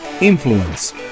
influence